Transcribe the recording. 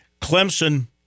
Clemson